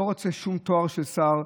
לא רוצה שום תואר של שר.